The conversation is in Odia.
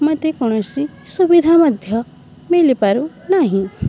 ମୋତେ କୌଣସି ସୁବିଧା ମଧ୍ୟ ମିିଳିପାରୁ ନାହିଁ